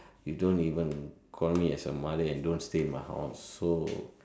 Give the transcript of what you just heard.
you don't even call me as a mother and don't stay in my house so